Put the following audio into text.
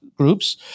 groups